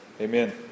Amen